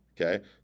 okay